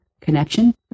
connection